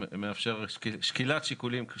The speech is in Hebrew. שמאפשר שקילת שיקולים.